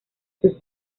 sus